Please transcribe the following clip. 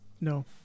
No